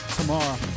tomorrow